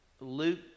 Luke